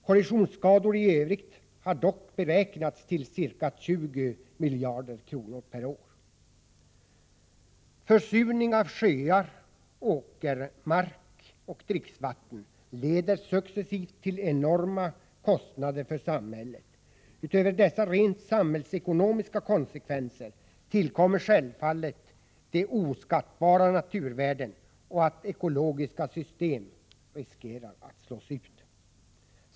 Korrosionsskador i övrigt har dock beräknats till ca 20 miljarder kronor per år. Försurning av sjöar, åkermark och dricksvatten leder successivt till enormt stora kostnader för samhället. Utöver dessa rent samhällsekonomiska konsekvenser tillkommer självfallet förlusten av oskattbara naturvärden och risken för att ekologiska system slås ut.